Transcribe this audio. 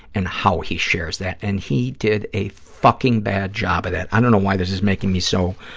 and how he shares that, and he did a fucking bad job of that. i don't know why this is making me so